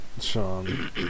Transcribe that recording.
Sean